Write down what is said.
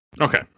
Okay